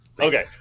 Okay